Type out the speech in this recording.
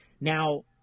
Now